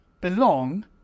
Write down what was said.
belong